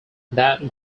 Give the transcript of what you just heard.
that